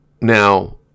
Now